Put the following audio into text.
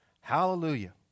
Hallelujah